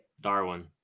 Darwin